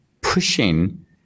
pushing